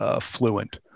fluent